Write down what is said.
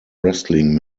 wrestling